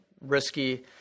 risky